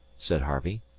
said harvey.